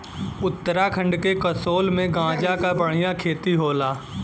उत्तराखंड के कसोल में गांजा क बढ़िया खेती होला